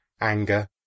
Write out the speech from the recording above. anger